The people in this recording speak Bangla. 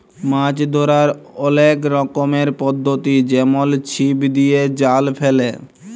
মাছ ধ্যরার অলেক রকমের পদ্ধতি যেমল ছিপ দিয়ে, জাল ফেলে